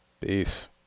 Peace